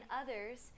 others